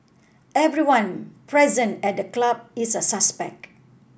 everyone present at the club is a suspect